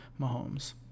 Mahomes